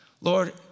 Lord